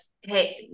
hey